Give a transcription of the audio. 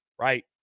right